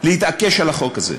להתעקש על החוק הזה,